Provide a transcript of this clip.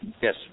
Yes